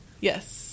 Yes